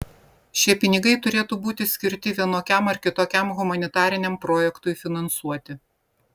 šie pinigai turėtų būti skirti vienokiam ar kitokiam humanitariniam projektui finansuoti